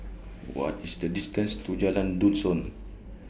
What IS The distance to Jalan Dusun